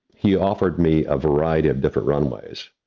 he offered me a variety of different runways.